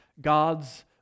God's